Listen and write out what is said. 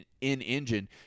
in-engine